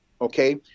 okay